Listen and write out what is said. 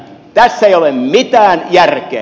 tässä ei ole mitään järkeä